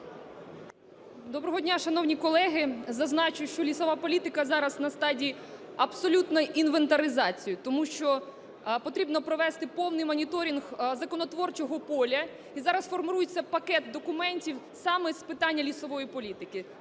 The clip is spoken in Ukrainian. Доброго дня, шановні колеги! Зазначу, що лісова політика зараз на стадії абсолютної інвентаризації, тому що потрібно провести повний моніторинг законотворчого поля, і зараз формується пакет документів саме з питань лісової політики.